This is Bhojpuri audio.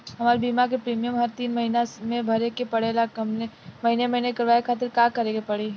हमार बीमा के प्रीमियम हर तीन महिना में भरे के पड़ेला महीने महीने करवाए खातिर का करे के पड़ी?